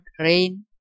rain